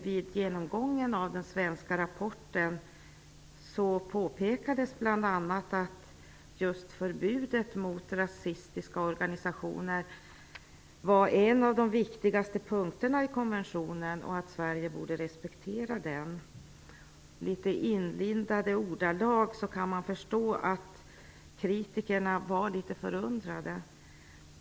Vid genomgången av den svenska rapporten påpekades bl.a. att just förbudet mot rasistiska organisationer var en av de viktigaste punkterna i konventionen och att Sverige borde respektera den. I litet inlindade ordalag kan man förstå att kritikerna var litet förundrade.